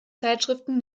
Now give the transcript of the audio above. zeitschriften